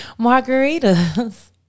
Margaritas